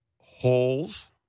holes